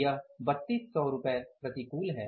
यह 3200 रुपये प्रतिकूल है